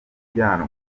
ujyanwa